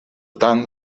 tant